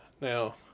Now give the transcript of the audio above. now